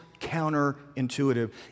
counterintuitive